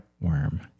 worm